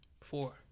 Four